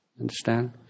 Understand